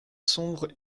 sombre